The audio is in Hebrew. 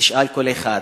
ותשאל כל אחד,